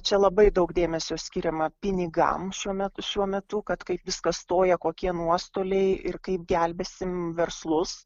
čia labai daug dėmesio skiriama pinigam šiuo metu šiuo metu kad kaip viskas stoja kokie nuostoliai ir kaip gelbėsim verslus